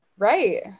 Right